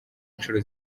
inshuro